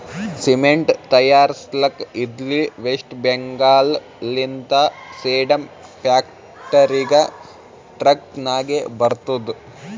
cement ತೈಯಾರ್ಸ್ಲಕ್ ಇದ್ಲಿ ವೆಸ್ಟ್ ಬೆಂಗಾಲ್ ಲಿಂತ ಸೇಡಂ ಫ್ಯಾಕ್ಟರಿಗ ಟ್ರಕ್ ನಾಗೆ ಬರ್ತುದ್